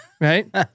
right